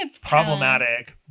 problematic